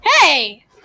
Hey